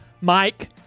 Mike